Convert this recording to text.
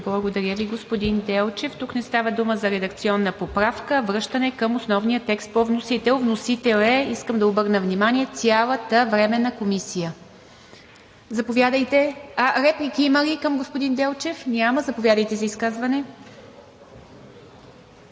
Благодаря Ви, господин Делчев. Тук не става дума за редакционна поправка, а връщане към основния текст по вносител. Вносител е, искам да обърна внимание, цялата Временна комисия. Реплики има ли към господин Делчев? Няма. Заповядайте за изказване.